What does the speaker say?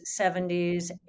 70s